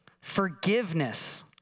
Forgiveness